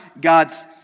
God's